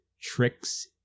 tricks